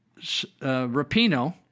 Rapino